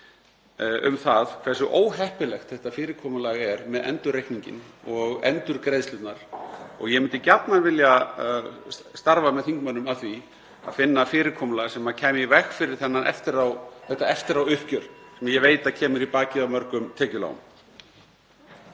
um það hversu óheppilegt þetta fyrirkomulag er með endurreikninginn og endurgreiðslurnar. Ég myndi gjarnan vilja starfa með þingmönnum að því (Forseti hringir.) að finna fyrirkomulag sem kæmi í veg fyrir þetta eftiráuppgjör sem ég veit að kemur í bakið á mörgum tekjulágum.